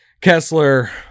Kessler